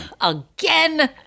Again